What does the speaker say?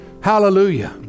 Hallelujah